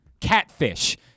Catfish